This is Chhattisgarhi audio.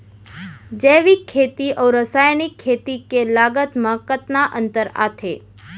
जैविक खेती अऊ रसायनिक खेती के लागत मा कतना अंतर आथे?